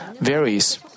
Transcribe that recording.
varies